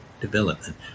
development